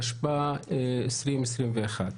התשפ"א-2021.